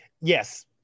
yes